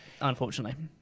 unfortunately